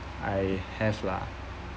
I have lah